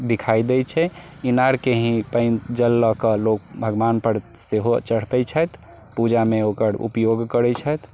दिखाइ दै छै इनारके ही पानि जल लऽ कऽ लोक भगवान पर सेहो चढ़बैत छथि पूजामे ओकर उपयोग करैत छथि